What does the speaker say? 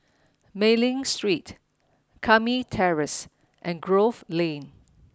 Mei Ling Street Lakme Terrace and Grove Lane